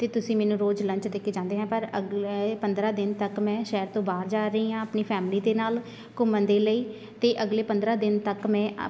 ਅਤੇ ਤੁਸੀਂ ਮੈਨੂੰ ਰੋਜ਼ ਲੰਚ ਦੇ ਕੇ ਜਾਂਦੇ ਆ ਪਰ ਅਗਲੇ ਪੰਦਰਾਂ ਦਿਨ ਤੱਕ ਮੈਂ ਸ਼ਹਿਰ ਤੋਂ ਬਾਹਰ ਜਾ ਰਹੀ ਹਾਂ ਆਪਣੀ ਫੈਮਲੀ ਦੇ ਨਾਲ ਘੁੰਮਣ ਦੇ ਲਈ ਅਤੇ ਅਗਲੇ ਪੰਦਰਾਂ ਦਿਨ ਤੱਕ ਮੈਂ